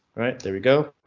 right, there we go.